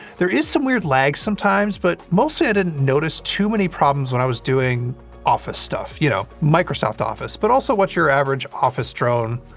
there is some weird lag sometimes, but, mostly, i didn't notice too many problems when i was doing office stuff. you know, microsoft office, but also what your average office drone,